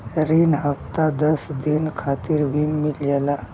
रिन हफ्ता दस दिन खातिर भी मिल जाला